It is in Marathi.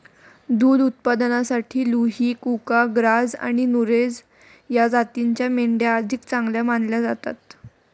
दुध उत्पादनासाठी लुही, कुका, ग्राझ आणि नुरेझ या जातींच्या मेंढ्या अधिक चांगल्या मानल्या जातात